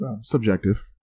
Subjective